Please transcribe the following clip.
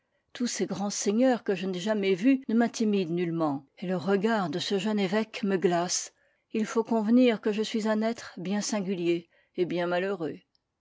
tous ces grands seigneurs que je n'ai jamais vus ne m'intimident nullement et le regard de ce jeune évêque me glace il faut convenir que je suis un être bien singulier et bien malheureux